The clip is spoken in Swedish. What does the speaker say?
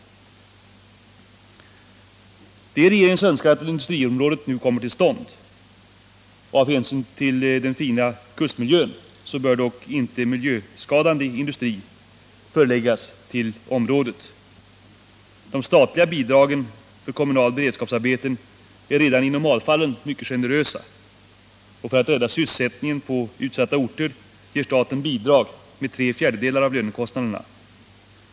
Det är regeringens önskan att industriområdet nu kommer till stånd. Av hänsyn till den fina kustmiljön bör dock inte miljöskadande industrier förläggas till området. De statliga bidragen för kommunala beredskapsarbeten är redan i normalfallen mycket generösa. För att rädda sysselsättningen på utsatta orter ger staten bidrag med tre fjärdedelar av lönekostnaderna.